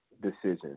decision